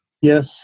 Yes